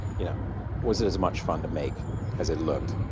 yeah was it as much fun to make as it looked?